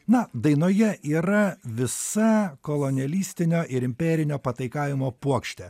na dainoje yra visa kolonialistinio ir imperinio pataikavimo puokštė